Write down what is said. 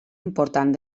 important